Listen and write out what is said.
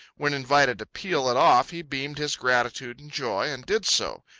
when invited to peel it off, he beamed his gratitude and joy, and did so,